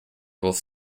both